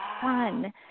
fun